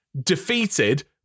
defeated